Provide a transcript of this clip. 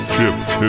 Chips